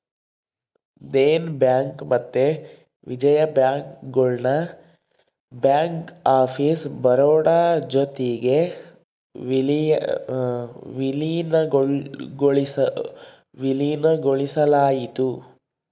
Dena bank ಮತ್ತೆ Vijaya bank ಗುಳ್ನ bank of Baroda ಜೊತಿಗೆ ವಿಲೀನಗೊಳಿಸಲಾಯಿತು